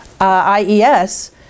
IES